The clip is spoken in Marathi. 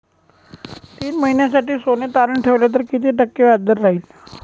तीन महिन्यासाठी सोने तारण ठेवले तर किती टक्के व्याजदर राहिल?